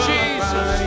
Jesus